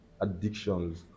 addictions